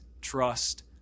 trust